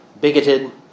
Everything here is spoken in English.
bigoted